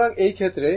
এখন RMS মান এ আসুন